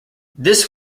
this